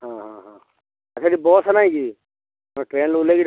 ହଁ ହଁ ହଁ ଏ ସେଠି ବସ୍ ନାହିଁ କି ହଁ ଟ୍ରେନରୁ ଓହ୍ଲାଇକି